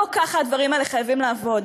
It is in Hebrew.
לא ככה הדברים האלה חייבים לעבוד.